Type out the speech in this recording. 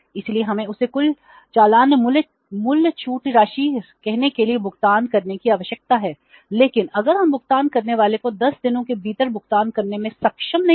इसलिए हमें उसे कुल चालान मूल्य छूट राशि कहने के लिए भुगतान करने की आवश्यकता है लेकिन अगर हम भुगतान करने वाले को 10 दिनों के भीतर भुगतान करने में सक्षम नहीं हैं